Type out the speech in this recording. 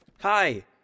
Hi